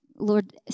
Lord